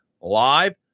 live